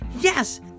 Yes